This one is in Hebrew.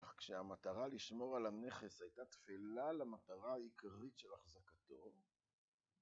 כשהמטרה לשמור על הנכס הייתה תפילה למטרה העיקרית של החזקתו